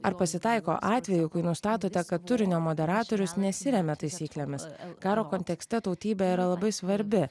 ar pasitaiko atvejų kai nustatote kad turinio moderatorius nesiremia taisyklėmis karo kontekste tautybė yra labai svarbi